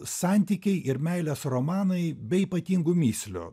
santykiai ir meilės romanai be ypatingų mįslių